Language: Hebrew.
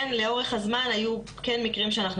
כן לאורך הזמן היו כן מקרים שאנחנו